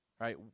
right